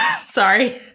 sorry